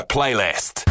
Playlist